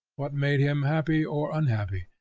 what made him happy or unhappy,